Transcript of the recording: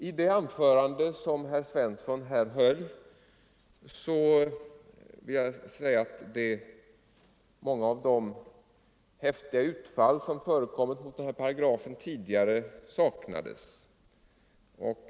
I det anförande som herr Svensson i Malmö nyss höll saknades många av de häftiga utfall som förekommit mot den här paragrafen tidigare.